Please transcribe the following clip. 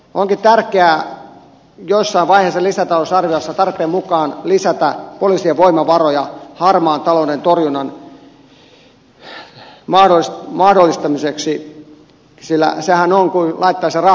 onkin tärkeää jossain vaiheessa lisätalousarviossa tarpeen mukaan lisätä poliisien voimavaroja harmaan talouden torjunnan mahdollistamiseksi sillä sehän on kuin laittaisi rahaa pankkiin